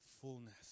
fullness